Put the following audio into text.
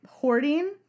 hoarding